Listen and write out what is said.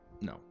No